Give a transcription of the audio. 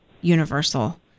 universal